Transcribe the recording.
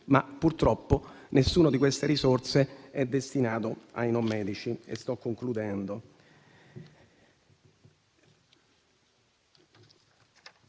ma purtroppo nessuna di queste risorse è destinata ai non medici.